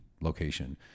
location